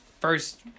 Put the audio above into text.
first